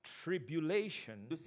tribulation